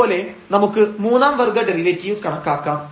അതുപോലെ നമുക്ക് മൂന്നാം വർഗ്ഗ ഡെറിവേറ്റീവ് കണക്കാക്കാം